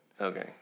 Okay